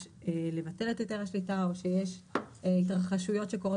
לבטל את היתר השליטה או שיש התרחשויות שקורות